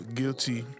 guilty